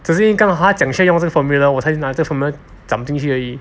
只是因当他讲是用这个 formula 我才拿这个 formula zam 进去而已